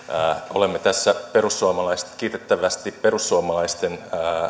olemme tässä kuitenkin kiitettävästi perussuomalaisten